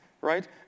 right